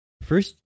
First